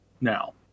now